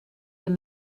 they